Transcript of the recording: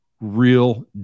real